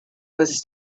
was